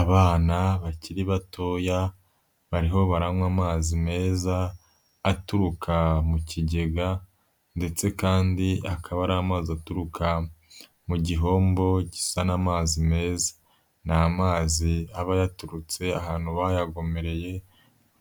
Abana bakiri batoya bariho baranywa amazi meza aturuka mu kigega ndetse kandi akaba ari amazi aturuka mu gihombo kizana amazi meza, ni amazi aba yaturutse ahantu bayagomerereye